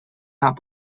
not